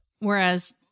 Whereas